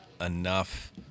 enough